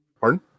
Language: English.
Pardon